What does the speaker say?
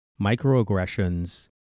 Microaggressions